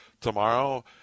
tomorrow